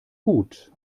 gut